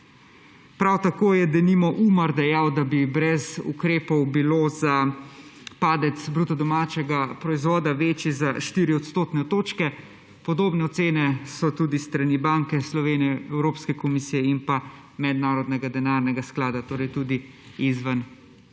Prav tako je denimo Umar dejal, da bi brez ukrepov padec bruto domačega proizvoda večji za 4 odstotne točke, podobne ocene so tudi s strani Banke Slovenije, Evropske komisije in pa mednarodnega denarnega sklada, torej tudi izven